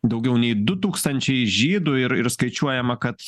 daugiau nei du tūkstančiai žydų ir ir skaičiuojama kad